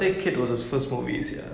sort of like a single father lah